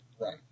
Right